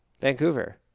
Vancouver